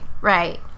right